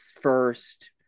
first